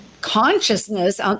consciousness